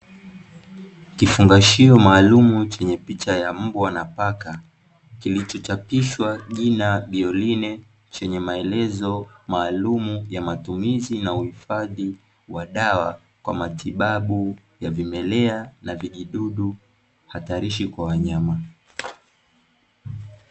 Kifungashio maalumu chenye picha ya mbwa na paka kilichochapishwa jina "Bioline", chenye maelezo maalumu ya matumizi na uhifadhi wa dawa, kwa matibabu ya vimelea na vijidudu hatarishi kwa wanyama.